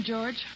George